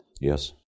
Yes